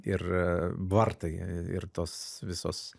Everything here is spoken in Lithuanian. ir a vartai ir tos visos